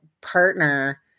partner